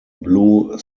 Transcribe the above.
blue